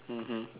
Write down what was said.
mmhmm